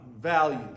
value